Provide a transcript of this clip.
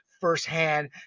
firsthand